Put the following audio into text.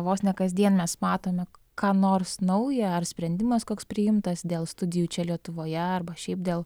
vos ne kasdien mes matome ką nors nauja ar sprendimas koks priimtas dėl studijų čia lietuvoje arba šiaip dėl